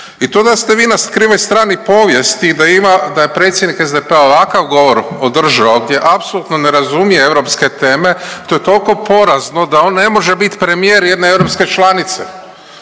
i to da ste vi na krivoj strani povijesti i da ima, da je predsjednik SDP-a ovakav govor održao gdje apsolutno ne razumije europske teme, to je toliko porazno da on ne može biti premijer jedne europske članice.